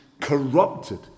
corrupted